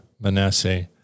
Manasseh